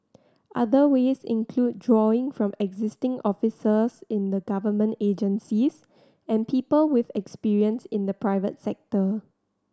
other ways include drawing from existing officers in the government agencies and people with experience in the private sector